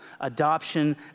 adoption